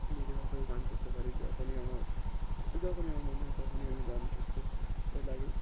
নিজেভাবেও গান করতে পারি যখনই আমার যখনই আমার মনে হয় তখনই আমি গান করতে লাগি